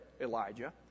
Elijah